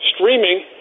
streaming